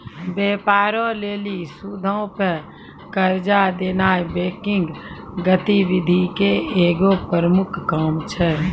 व्यापारो लेली सूदो पे कर्जा देनाय बैंकिंग गतिविधि के एगो प्रमुख काम छै